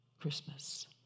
Christmas